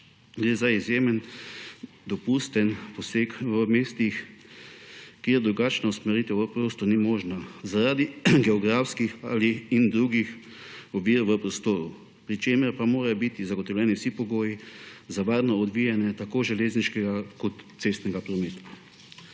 Gre za izjemoma dopusten poseg na mestih, kjer drugačna usmeritev v prostor ni možna zaradi geografskih in drugih ovir v prostoru, pri čemer pa morajo biti zagotovljeni vsi pogoji za varno odvijane tako železniškega kot cestnega prometa.